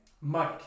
Mike